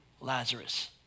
Lazarus